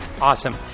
Awesome